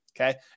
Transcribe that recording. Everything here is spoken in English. okay